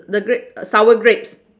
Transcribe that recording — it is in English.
the gra~ sour grapes